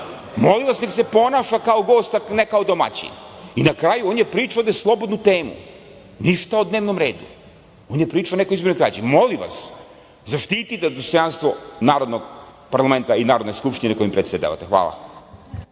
molim vas nek se ponaša kao gost, a ne kao domaćin. Na kraju on je pričao ovde slobodnu temu, ništa o dnevnom redu, on je pričao o nekoj izbornoj krađi. Molim vas zaštitite dostojanstvo narodnog parlamenta i Narodne skupštine kojim predsedavate. Hvala.